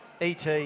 ET